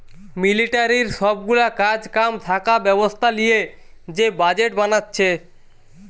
মিলিটারির সব গুলা কাজ কাম থাকা ব্যবস্থা লিয়ে যে বাজেট বানাচ্ছে